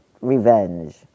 Revenge